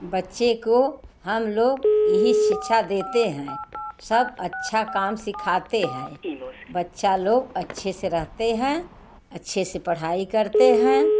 बच्चे को हम लोग यही शिक्षा देते हैं सब अच्छा काम सिखाते हैं बच्चा लोग अच्छे से रहते हैं अच्छे से पढ़ाई करते हैं